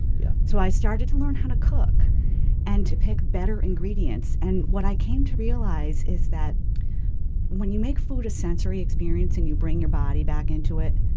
yeah so i started to learn how to cook and to pick better ingredients and what i came to realize is that when you make food a sensory experience and you bring your body back into it,